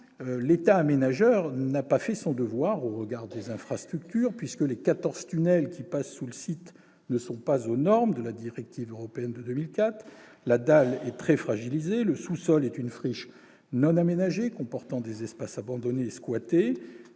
l'État aménageur n'a pas fait son devoir. Les infrastructures en attestent : les quatorze tunnels qui passent sous le site ne sont pas aux normes de la directive européenne de 2004, la dalle est très fragilisée, le sous-sol est une friche non aménagée, comportant des espaces abandonnés et squattés,